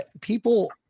people